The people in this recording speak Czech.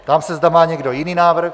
Ptám se, zda má někdo jiný návrh.